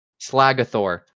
Slagathor